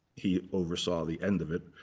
he oversaw the end of it.